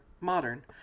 modern